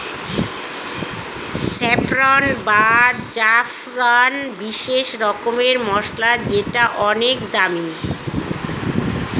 saffron বা জাফরান বিশেষ রকমের মসলা যেটা অনেক দামি